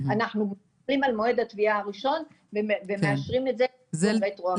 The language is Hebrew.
אנחנו מסתכלים על מועד התביעה הראשון ומאשרים את זה גם רטרואקטיבית.